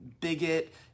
bigot